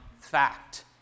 fact